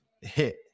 hit